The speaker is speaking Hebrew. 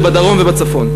ובדרום ובצפון.